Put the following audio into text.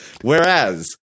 Whereas